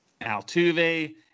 Altuve